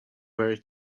very